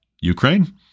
Ukraine